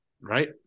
Right